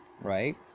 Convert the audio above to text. Right